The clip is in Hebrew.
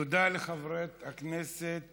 תודה לחברת הכנסת